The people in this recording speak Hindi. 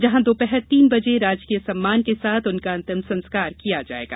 जहां दोपहर तीन बजे राजकीय सम्मान के साथ उनका अंतिम संस्कार किया जायेगा